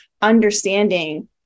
understanding